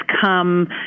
come